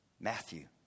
Matthew